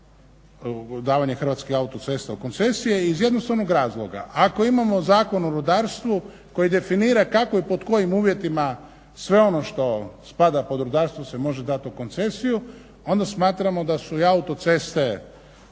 o davanje Hrvatskih autocesta u koncesije iz jednostavnog razloga, ako imamo Zakon o rudarstvu koji definira kako i pod kojim uvjetima sve ono što spada pod rudarstvo se može dati u koncesiju onda smatramo da su i autoceste od